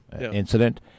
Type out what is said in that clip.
incident